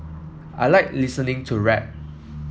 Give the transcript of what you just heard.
I like listening to rap